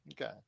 okay